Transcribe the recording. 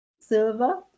silver